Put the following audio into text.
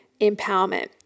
empowerment